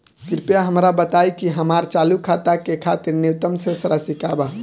कृपया हमरा बताइ कि हमार चालू खाता के खातिर न्यूनतम शेष राशि का बा